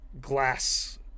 glass